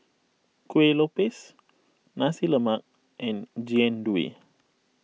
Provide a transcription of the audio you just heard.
Kuih Lopes Nasi Lemak and Jian Dui